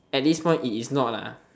at this point it is not lah